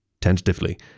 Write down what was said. Tentatively